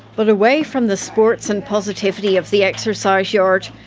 but away from the sports and positivity of the exercise yard,